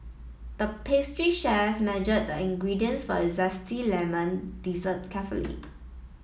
the pastry chef measured the ingredients for a zesty lemon dessert carefully